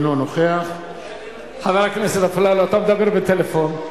אינו נוכח חבר הכנסת אפללו, אתה מדבר בטלפון,